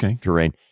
terrain